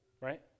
right